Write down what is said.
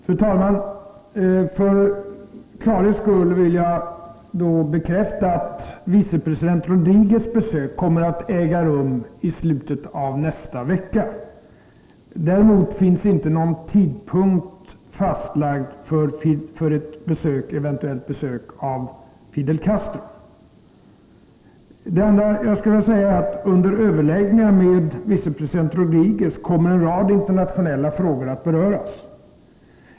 Fru talman! För klarhetens skull vill jag först bekräfta att vicepresident Rodriguez besök kommer att äga rum i slutet av nästa vecka. Däremot finns inte någon tidpunkt fastlagd för ett eventuellt besök av Fidel Castro. Jag skulle för det andra vilja säga att under överläggningar med vicepresident Rodriguez kommer en rad internationella frågor att beröras.